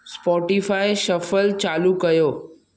Spotify shuffle चालू कयो